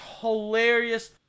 hilarious